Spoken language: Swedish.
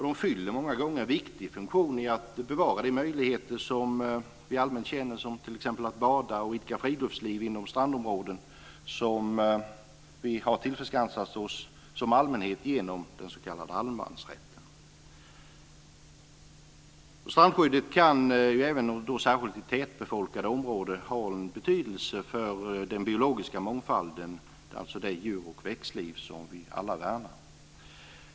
De fyller många gånger en viktig funktion i att bevara de möjligheter som vi allmänt känner som att bada och idka friluftsliv inom strandområden som vi har tillförskansat oss som allmänhet genom den s.k. allemansrätten. Strandskyddet kan även, särskilt i tätbefolkade områden, ha en betydelse för den biologiska mångfalden, alltså det djur och växtliv som vi alla värnar.